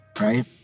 right